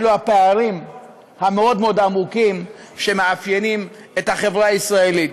זה הפערים המאוד-מאוד עמוקים שמאפיינים את החברה הישראלית.